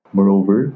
Moreover